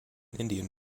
indian